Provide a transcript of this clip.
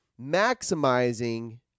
maximizing